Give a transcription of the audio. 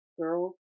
girl